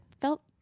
felt